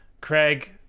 craig